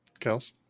kels